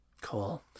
Cool